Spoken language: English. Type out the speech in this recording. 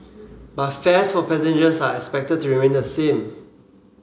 but fares for passengers are expected to remain the same